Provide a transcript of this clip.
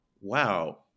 Wow